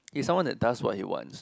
he's someone that does what he wants